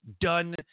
done